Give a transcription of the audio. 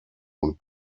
und